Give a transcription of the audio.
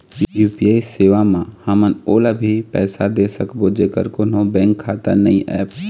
UPI सेवा म हमन ओला भी पैसा दे सकबो जेकर कोन्हो बैंक खाता नई ऐप?